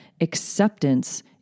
Acceptance